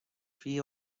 three